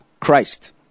christ